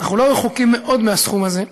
אנחנו לא רחוקים מאוד מהסכום הזה,